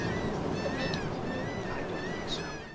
do you think they'll make it by noon? i don't think so.